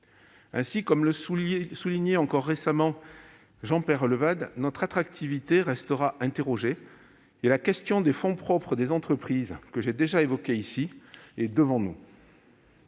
haut. Comme le remarquait encore récemment Jean Peyrelevade, notre attractivité continuera d'être interrogée et la question des fonds propres des entreprises, que j'ai déjà évoquée ici, est devant nous.